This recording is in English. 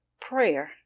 prayer